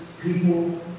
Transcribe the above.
people